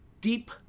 deep